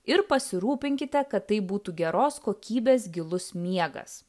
ir pasirūpinkite kad tai būtų geros kokybės gilus miegas